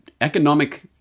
economic